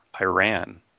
Iran